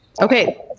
Okay